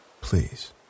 Please